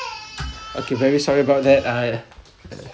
okay very sorry about that I